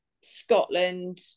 Scotland